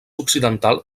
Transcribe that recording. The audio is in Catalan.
occidental